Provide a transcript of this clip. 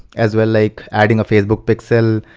as well like adding a facebook pixel,